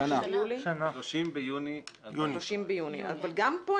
2021. אבל גם פה,